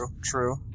True